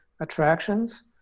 attractions